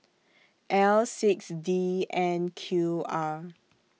L six D N Q R